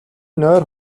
нойр